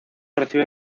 recibe